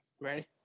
Ready